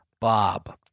Bob